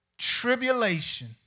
tribulation